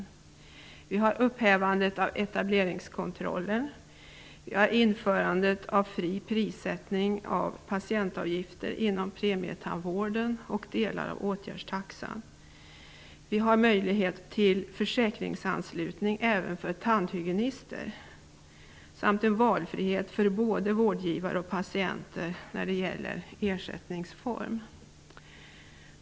Det gäller upphävandet av etableringskontrollen, införandet av fri prissättning av patientavgifterna inom premietandvården och delar av åtgärdstaxan, möjligheten till försäkringsanslutning även för tandhygienister samt valfriheten för både vårdgivare och patienter när det gäller ersättningsform.